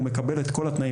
הוא מקבל את כל התנאים.